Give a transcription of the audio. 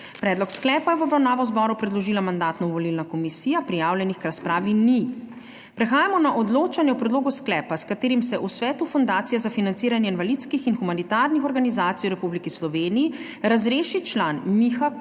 Predlog sklepa je v obravnavo zboru predložila Mandatno-volilna komisija. Prijavljenih k razpravi ni. Prehajamo na odločanje o predlogu sklepa, s katerim se v Svetu Fundacije za financiranje invalidskih in humanitarnih organizacij v Republiki Sloveniji razreši član Miha Kuhar,